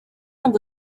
ngo